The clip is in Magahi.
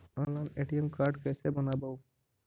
ऑनलाइन ए.टी.एम कार्ड कैसे बनाबौ?